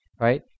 right